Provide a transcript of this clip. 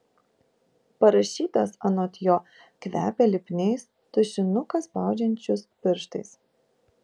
parašytas anot jo kvepia lipniais tušinuką spaudžiančius pirštais